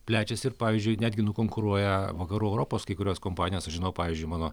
plečiasi ir pavyzdžiui netgi nukonkuruoja vakarų europos kai kurias kompanijas aš žinau pavyzdžiui mano